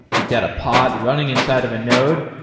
you've got a pod running inside of a node.